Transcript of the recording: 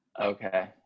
okay